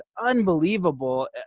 unbelievable